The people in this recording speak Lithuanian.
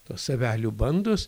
tos avelių bandos